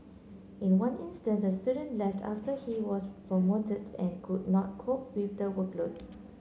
in one instance a student left after he was promoted and could not cope with the workload